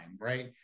right